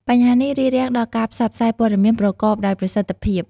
បញ្ហានេះរារាំងដល់ការផ្សព្វផ្សាយព័ត៌មានប្រកបដោយប្រសិទ្ធភាព។